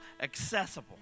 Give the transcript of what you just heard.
accessible